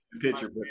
picture